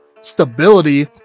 stability